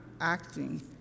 acting